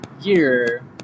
year